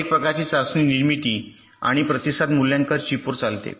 तर एक प्रकारची चाचणी निर्मिती आणि प्रतिसाद मूल्यांकन चिप वर चालते